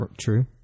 true